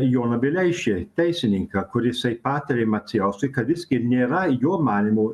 joną vileišį teisininką kur jisai patarė macijauskui kad visgi nėra jo manymu